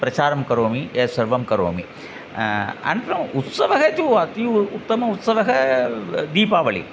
प्रचारं करोमि एषः सर्वं करोमि अनन्तरम् उत्सवः इति अतीव उत्तमः उत्सवः दीपावलिः